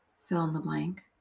fill-in-the-blank